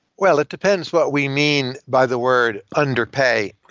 well, it depends what we mean by the word underpay.